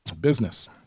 business